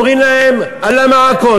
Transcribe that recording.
אומרים להם "אללה מעכום",